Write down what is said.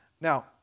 Now